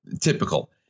typical